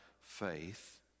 faith